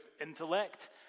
intellect